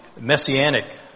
messianic